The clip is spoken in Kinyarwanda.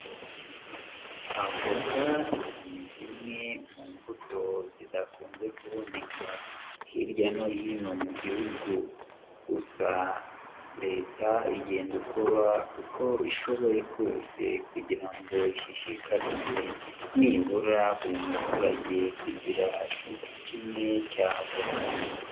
Avoka ni zimwe mu mbuto zidakunze kuboneka hirya no hino mu gihugu, gusa leta igenda ikora uko ishoboye kose kugira ngo ishishikarize nibura buri muturage kugira igiti kimwe cya avoka.